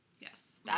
Yes